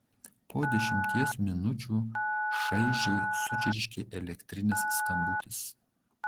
po dešimties minučių šaižiai sučirškė elektrinis skambutis